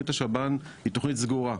תכנית השב"ן היא תכנית סגורה,